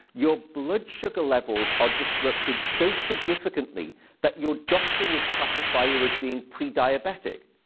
your blood sugar levels are disrupted so significantly that your doctor would classify you as being pre-diabetic.